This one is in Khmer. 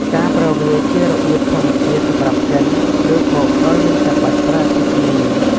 ការប្រើវាជារបៀបធម្មជាតិសម្រាប់កិន ឬបុកដោយមិនចាំបាច់ប្រើអគ្គិសនី។